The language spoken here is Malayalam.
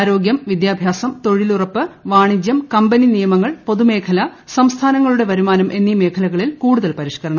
ആരോഗ്യം വിദ്യാഭ്യാസം തൊഴിലുറപ്പ് വാണിജ്യം കമ്പനി നിയമങ്ങൾ പൊതുമേഖല സംസ്ഥാനങ്ങളുടെ വരുമാനം എന്നീ മേഖലകളിൽ കൂടുതൽ പരിഷ്കരണം